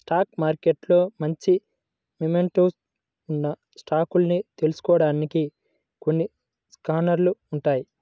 stock మార్కెట్లో మంచి momentum ఉన్న స్టాకుల్ని తెలుసుకోడానికి కొన్ని స్కానర్లు ఉంటాయ్